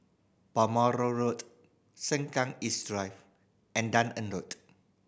Balmoral Road Sengkang East Drive and Dunearn Road